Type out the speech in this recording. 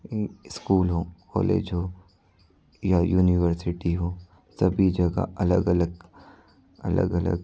इन school हों college हो university हो सभी जगह अलग अलग अलग अलग